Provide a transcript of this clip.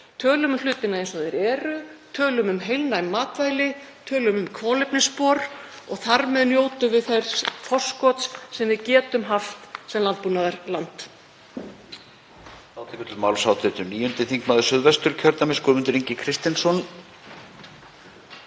Tölum um hlutina eins og þeir eru, tölum um heilnæm matvæli, tölum um kolefnisspor, og þar með njótum við þess forskots sem við getum haft sem landbúnaðarland.